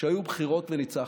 שהיו בחירות וניצחנו.